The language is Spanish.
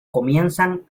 comienzan